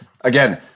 again